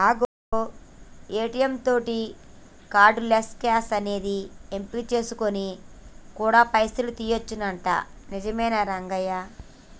అగో ఏ.టీ.యం తోటి cardless cash అనేది ఎంపిక చేసుకొని కూడా పైసలు తీయొచ్చునంట నిజమేనా రంగయ్య